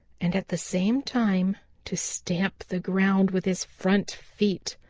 and at the same time to stamp the ground with his front feet.